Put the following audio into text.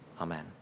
Amen